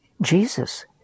jesus